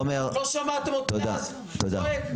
לא שמעת אותי אז צועק?